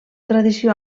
tradició